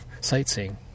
sightseeing